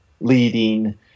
leading